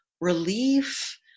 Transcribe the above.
relief